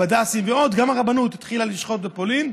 הבד"צים ועוד, גם הרבנות התחילה לשחוט בפולין.